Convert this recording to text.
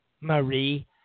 Marie